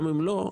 גם אם לא,